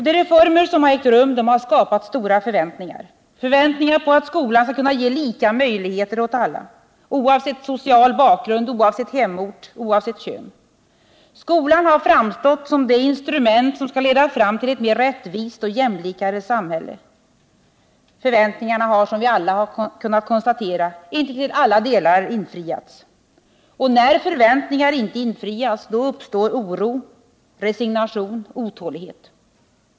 De reformer som har ägt rum har skapat stora förväntningar — förväntningar om att skolan skall kunna ge lika möjligheter åt alla, oavsett social bakgrund, oavsett hemort, oavsett kön. Skolan har framstått som det instrument som skall leda fram till ett mera rättvist och jämlikare samhälle. Förväntningarna har, som vi alla har kunnat konstatera, inte till alla delar infriats. När förväntningar inte infrias uppstår oro, resignation och otålighet.